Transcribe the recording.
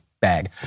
bag